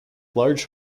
large